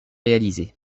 réalisée